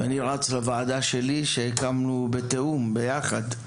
ואני רץ לוועדה שלי שהקמנו בתיאום ביחד,